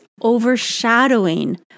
overshadowing